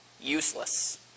useless